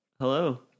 hello